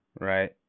right